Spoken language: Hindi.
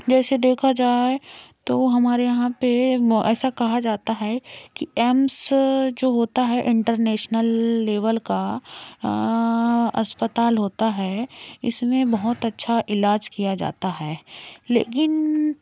जैसे देखा जाए तो हमारे यहाँ पर ऐसा कहा जाता है कि एम्स जो होता है इंटरनेशनल लेवल का अस्पताल होता है इसमें बहुत अच्छा इलाज़ किया जाता है लेकिन